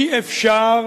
אי-אפשר,